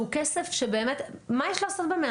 שהוא כסף שבאמת מה יש לעשות ב-100